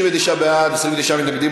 39 בעד, 29 מתנגדים.